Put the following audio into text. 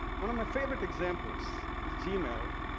one of my favorite examples is gmail,